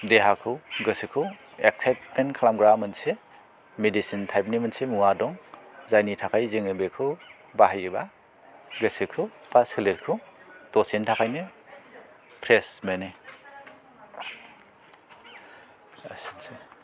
देहाखौ गोसोखौ एक्साइटमेन्ट खालामग्रा मोनसे मेडिसिन टाइपनि मोनसे मुवा दं जायनि थाखाय जोङो बेखौ बाहायोब्ला गोसोखौ बा सोलेरखौ दसेनि थाखायनो फ्रेश मोनो एसेनोसै